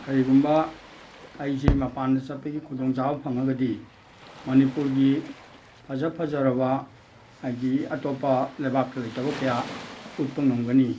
ꯀꯔꯤꯒꯨꯝꯕ ꯑꯩꯁꯤ ꯃꯄꯥꯟꯗ ꯆꯠꯄꯒꯤ ꯈꯨꯗꯣꯡ ꯆꯥꯕ ꯐꯪꯉꯒꯗꯤ ꯃꯅꯤꯄꯨꯔꯒꯤ ꯐꯖ ꯐꯖꯔꯕ ꯍꯥꯏꯗꯤ ꯑꯇꯣꯞꯄ ꯂꯩꯕꯥꯛꯇ ꯂꯩꯇꯕ ꯀꯌꯥ ꯎꯠꯄ ꯉꯝꯒꯅꯤ